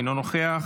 אינו נוכח,